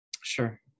Sure